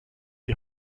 die